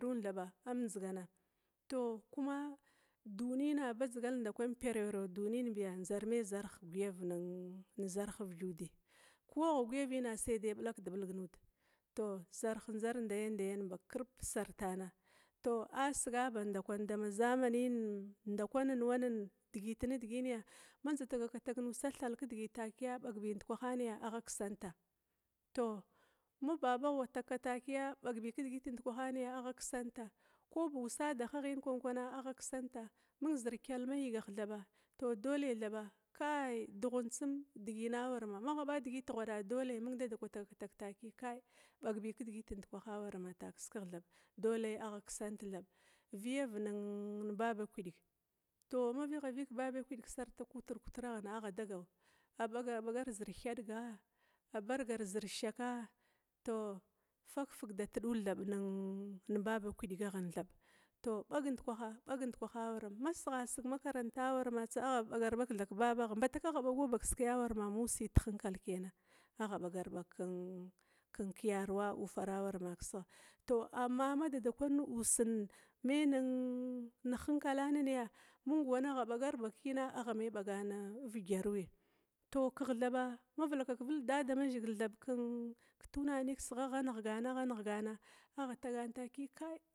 Thaba am nzigana tou dunina badzal ndakwan dunina parawrawa ndzar maya gwayava zarha lugyadi ku ar guiva sai dai ndza pillakdi piu nuda, tou zarh ndzar ndaya ndayan ba kirpa sartana, tou asigi ba ndakwan dama zamaniyin ndakwanin wan digit nidiginiya, manza tagakagtag nusa mathal kidigit takia ɓagbi kidigit nda kwah amaniya, agha kisanta, tou ma babagh wattaka takia ɓagbi kidiglit ndikwaha ga agha kisanta, ko ba usadagha wattakatakia ɓagbi kidigit ndikwaha warama agha kisanta, ming zir kyelma yigaha thaba tou dole thaba kai dughun tsum digina warama magha ɓa digit ghwada dole mung dadakwa tagaktag taki bagbi kidigit ndakwahan dole agha kisant thab, viyav ne baba kwidga, tou ma vigha vig kebaba kwidga sarta kutir katirghna agha dagawa ɓagar zir thadiga, a bargar zir shaka tou fakfig dattula thab nin baba kwdgahin thab bag ndikwaha ɓag ndikwaha waramana, ma sighasig makarant agha bagar bankwanha kababagh mbatak agha ɓagwa ba kiskai awarama ma ussi dehinkal kena agha ɓagar ɓag keyaruwa ama kiskigh, amma madadakwa ussin me nin nehinkalanin ya, mung wa agha ɓagarbakin agha maya ɓagana ivgyaruwi, tou kigh thaba mavilakag vil damazhigil ke tuna ni thaba agha nighgana agha nigh gana bi kai.